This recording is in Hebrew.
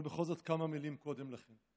אבל בכל זאת כמה מילים קודם לכן.